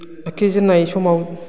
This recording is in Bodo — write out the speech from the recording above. आखिजेननाय समाव